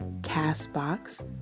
Castbox